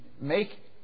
make